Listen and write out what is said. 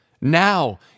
Now